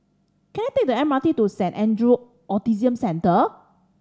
can I take the M R T to Saint Andrew Autism Centre